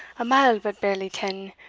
a mile, but barely ten,